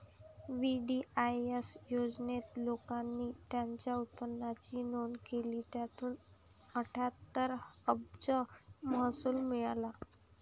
VDIS योजनेत, लोकांनी त्यांच्या उत्पन्नाची नोंद केली, ज्यातून अठ्ठ्याहत्तर अब्ज महसूल मिळाला